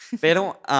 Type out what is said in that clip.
Pero